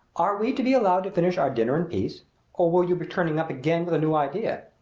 are we to be allowed to finish our dinner in peace or will you be turning up again with a new idea?